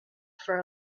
for